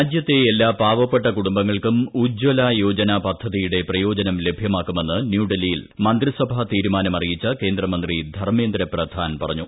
രാജ്യത്തെ എല്ലാ പാവപ്പെട്ട കുടുംബങ്ങൾക്കും ഉജ്ജ്വല യോജന പദ്ധതിയുടെ പ്രയോജനം ലഭ്യമാക്കുമെന്ന് ന്യൂഡൽഹിയിൽ മന്ത്രിസഭാ തീരുമാനം അറിയിച്ചു കേന്ദ്രമന്ത്രി ധർമ്മേന്ദ്ര പ്രഥാൻ പറഞ്ഞു